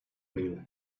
wheel